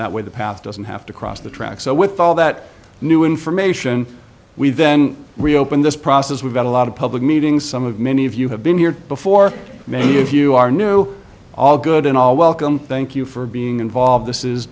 that way the path doesn't have to cross the tracks so with all that new information we then reopen this process we've got a lot of public meetings some of many of you have been here before many of you are new all good and all welcome thank you for being involved this is